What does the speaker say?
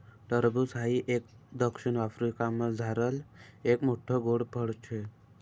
टरबूज हाई एक दक्षिण आफ्रिकामझारलं एक मोठ्ठ गोड फळ शे